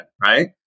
right